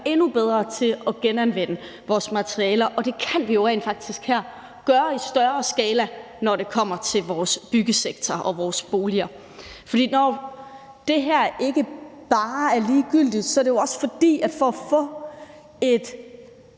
endnu bedre til at genanvende vores materialer. Det kan vi jo rent faktisk gøre i større skala her, når det kommer til vores byggesektor og vores boliger. Når det her ikke bare er ligegyldigt, er det jo også, fordi vi for at få et